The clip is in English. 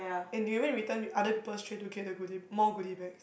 and they even return other people's tray to get the goodie more goodie bag